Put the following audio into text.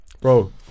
Bro